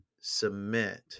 submit